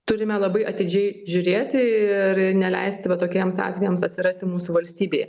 turime labai atidžiai žiūrėti ir neleisti va tokiems atvejams atsirasti mūsų valstybėje